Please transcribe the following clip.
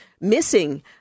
missing